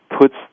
puts